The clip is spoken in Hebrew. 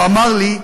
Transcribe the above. הוא אמר לי: